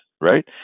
right